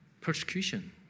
persecution